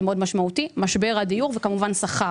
זה מאוד משמעותי משבר הדיור וכמובן שכר.